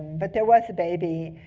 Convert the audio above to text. but there was a baby.